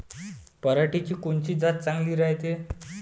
पऱ्हाटीची कोनची जात चांगली रायते?